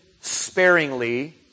sparingly